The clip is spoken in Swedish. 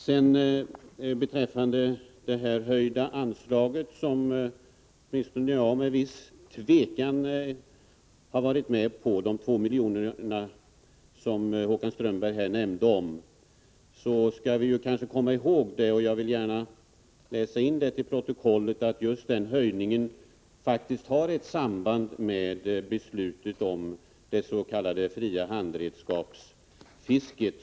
När det gäller det höjda anslaget på 2 milj.kr., som åtminstone jag med viss tvekan gick med på, skall vi komma ihåg att just denna höjning har ett samband med beslutet om det s.k. fria handredskapsfisket.